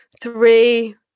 three